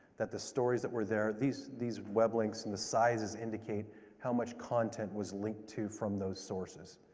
that the stories that were there, these these web links and the sizes indicate how much content was linked to from those sources.